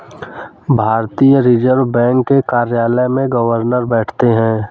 भारतीय reserve bank के कार्यालय में गवर्नर बैठते हैं